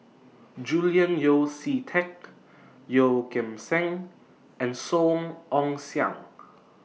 Julian Yeo See Teck Yeoh Ghim Seng and Song Ong Siang